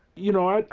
you know, and